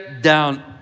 down